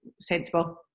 sensible